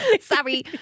Sorry